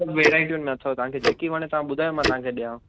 हीअ सभु वैराएटियुनि में अथव तव्हांखे जेकी वणे तव्हां ॿुधायो मां तव्हांखे ॾियांव